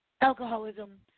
Alcoholism